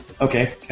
Okay